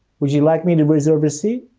would you like me to reserve a seat?